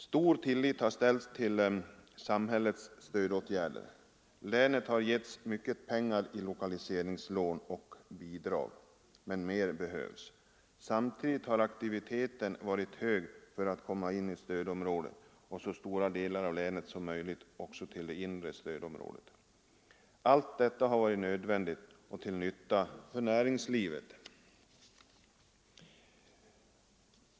Stor tillit har ställts till samhällets stödåtgärder. Länet har givits mycket pengar i lokaliseringslån och lokaliseringsbidrag, men mer behövs. Samtidigt har aktiviteten varit hög för att komma in i stödområdet och för att få så stor del av länet som möjligt till det inre stödområdet. Allt detta har varit nödvändigt och till nytta för näringslivet.